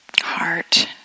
heart